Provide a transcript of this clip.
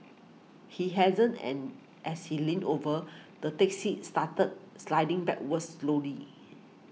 he hadn't and as he leaned over the taxi started sliding backwards slowly